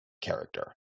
character